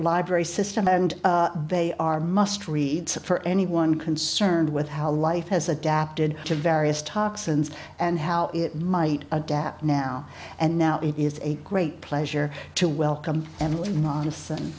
library system and they are must read for anyone concerned with how life has adapted to various toxins and how it might adapt now and now it is a great pleasure to welcome